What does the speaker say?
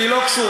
והיא לא קשורה,